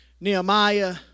Nehemiah